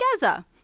Gaza